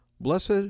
Blessed